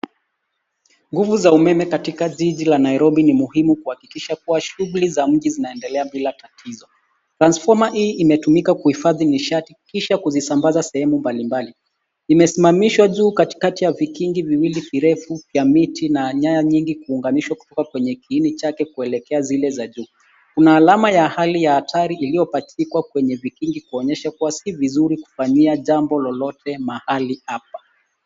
Nguvu za umeme katika jiji la Nairobi ni muhimu kuhakikisha kuwa shughuli za mji zinaendelea bila tatizo. Transformer hii imetumika kuhifadhi nishati kisha kuzisambaza sehemu mbalimbali. Imesimamishwa juu katikati ya vikingi vingi viwili virefu ya miti na nyaya nyingi kuunganishwa kutoka kwenye kiini chake kuelea zile za juu. Kuna alama ya hali ya hatari iliyopachikwa kwenye vikingi kuonyesha kuwa sii vizuri kufanya jambo lolote mahali hapa.